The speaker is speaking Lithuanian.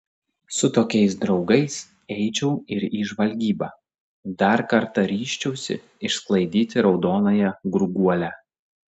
su tokiais draugais eičiau ir į žvalgybą dar kartą ryžčiausi išsklaidyti raudonąją gurguolę